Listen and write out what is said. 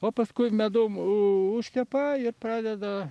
o paskui medum užkepa ir pradeda